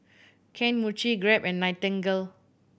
Kane Mochi Grab and Nightingale